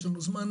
יש לנו זמן.